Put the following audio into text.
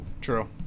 True